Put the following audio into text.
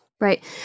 Right